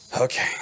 Okay